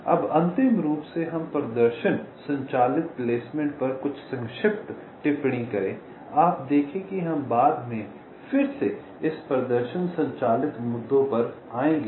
अब अंतिम रूप से हम प्रदर्शन संचालित प्लेसमेंट पर कुछ संक्षिप्त टिप्पणी करें आप देखें कि हम बाद में फिर से इस प्रदर्शन संचालित मुद्दों पर आएंगे